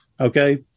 Okay